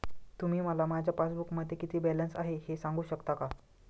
तुम्ही मला माझ्या पासबूकमध्ये किती बॅलन्स आहे हे सांगू शकता का?